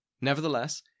Nevertheless